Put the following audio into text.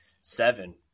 Seven